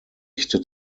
echte